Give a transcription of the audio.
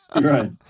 right